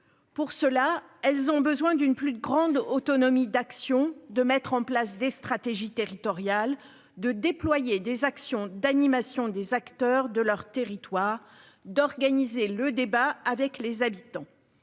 pour cela, elles ont besoin d'une plus grande autonomie d'action, de mettre en place des stratégies territoriales de déployer des actions d'animation des acteurs de leur territoire, d'organiser le débat avec les habitants,